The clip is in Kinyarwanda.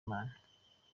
imana